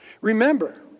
Remember